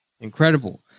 incredible